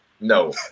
No